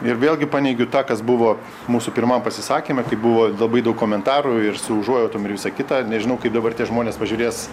ir vėlgi paneigiu tą kas buvo mūsų pirmam pasisakyme tai buvo labai daug komentarų ir su užuojautom ir visa kita nežinau kaip dabar tie žmonės pažiūrės